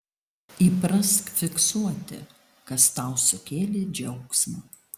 įprask fiksuoti kas tau sukėlė džiaugsmo